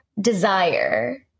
desire